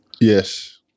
Yes